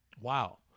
Wow